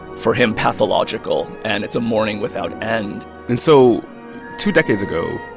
for him, pathological. and it's a mourning without end and so two decades ago,